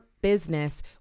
business